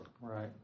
Right